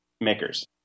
makers